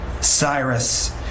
Cyrus